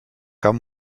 cap